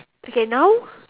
okay now